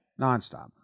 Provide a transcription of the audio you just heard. nonstop